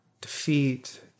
defeat